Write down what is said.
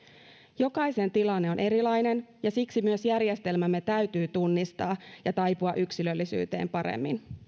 jokaisen tilanne on erilainen ja siksi myös järjestelmämme täytyy tunnistaa ja taipua yksilöllisyyteen paremmin